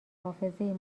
حافظه